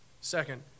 Second